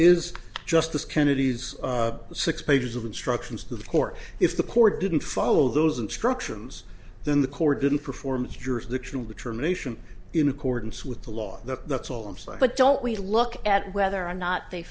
is justice kennedy's six pages of instructions to the court if the court didn't follow those instructions then the court didn't perform jurisdictional determination in accordance with the law that that's all i'm saying but don't we look at whether or not they